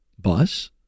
bus